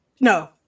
no